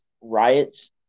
riots